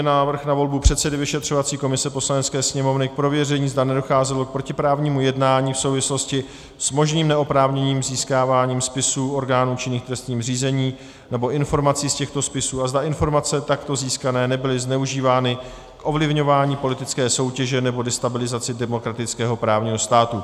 Návrh na volbu předsedy vyšetřovací komise Poslanecké sněmovny k prověření, zda nedocházelo k protiprávnímu jednání v souvislosti s možným neoprávněným získáváním spisů orgánů činných v trestním řízení nebo informací z těchto spisů a zda informace takto získané nebyly zneužívány k ovlivňování politické soutěže nebo destabilizaci demokratického právního státu